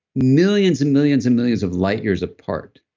millions and millions and millions of light years apart,